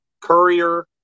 Courier